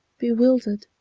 bewildered,